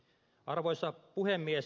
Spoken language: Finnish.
arvoisa puhemies